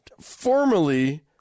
formally